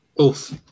Oof